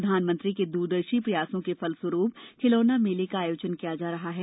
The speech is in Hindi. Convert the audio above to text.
प्रधानमंत्री के द्रदर्शी प्रयासों के फलस्वरूप खिलौना मेले का आयोजन किया जा रहा है